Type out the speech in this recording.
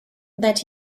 that